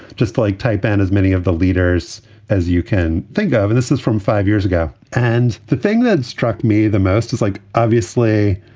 just like type. and as many of the leaders as you can think of. and this is from five years ago. and the thing that struck me the most is like, obviously,